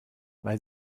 weil